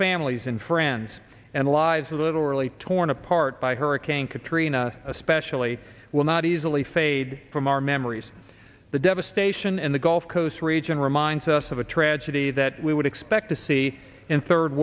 families and friends and lives a little really torn apart by hurricane katrina especially will not easily fade from our memories the devastation in the gulf coast region reminds us of a tragedy that we would expect to see in third